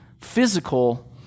physical